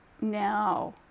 now